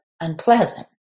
unpleasant